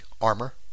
armor